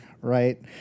right